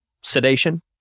Sedation